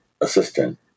assistant